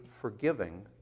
forgiving